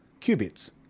qubits